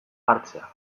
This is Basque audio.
hartzea